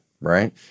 right